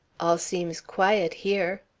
all seems quiet here.